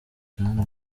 kandi